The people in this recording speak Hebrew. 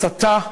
הסתה,